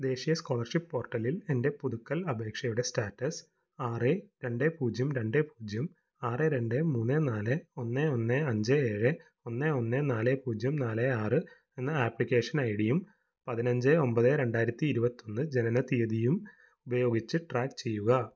ദേശീയ സ്കോളർഷിപ്പ് പോർട്ടലിൽ എന്റെ പുതുക്കൽ അപേക്ഷയുടെ സ്റ്റാറ്റസ് ആറ് രണ്ട് പൂജ്യം രണ്ട് പൂജ്യം ആറ് രണ്ട് മൂന്ന് നാല് ഒന്ന് ഒന്ന് അഞ്ച് ഏഴ് ഒന്ന് ഒന്ന് നാല് പൂജ്യം നാല് ആറ് എന്ന ആപ്ലിക്കേഷൻ ഐഡിയും പതിനഞ്ച് ഒമ്പത് രണ്ടായിരത്തി ഇരുപത്തൊന്ന് ജനനത്തീയതിയും ഉപയോഗിച്ച് ട്രാക്ക് ചെയ്യുക